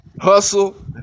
hustle